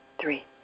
Three